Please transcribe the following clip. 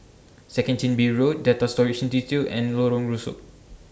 Second Chin Bee Road Data Storage Institute and Lorong Rusuk